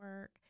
work